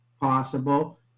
possible